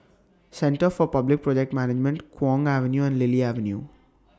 Centre For Public Project Management Kwong Avenue and Lily Avenue